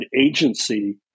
agency